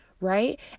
right